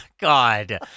God